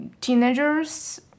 teenagers